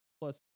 Plus